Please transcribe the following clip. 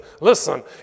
listen